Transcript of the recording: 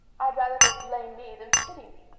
i'd rather they'd blame me than pity me!